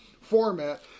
format